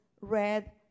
red